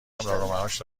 امرارمعاش